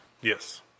Yes